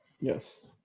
Yes